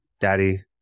daddy